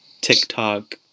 TikTok